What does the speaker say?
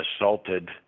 assaulted